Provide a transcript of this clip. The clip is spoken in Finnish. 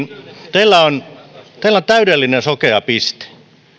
teillä on täydellinen sokea piste